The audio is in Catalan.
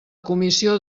comissió